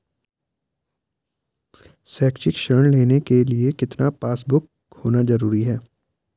शैक्षिक ऋण लेने के लिए कितना पासबुक होना जरूरी है?